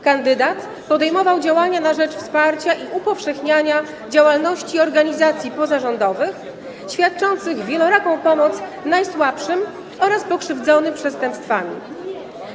Kandydat podejmował działania na rzecz wsparcia i upowszechniania działalności organizacji pozarządowych świadczących wieloraką pomoc najsłabszym oraz pokrzywdzonym przestępstwami.